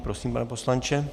Prosím, pane poslanče.